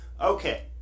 Okay